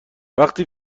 وقتی